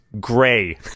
gray